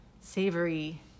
savory